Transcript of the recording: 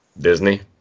Disney